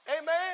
amen